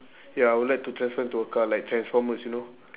ya I would like to transform into a car like transformers you know